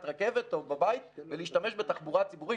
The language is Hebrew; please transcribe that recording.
רכבת או בבית ולהשתמש בתחבורה ציבורית,